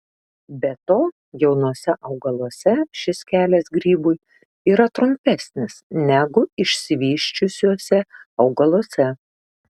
be to jaunuose augaluose šis kelias grybui yra trumpesnis negu išsivysčiusiuose augaluose